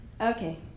okay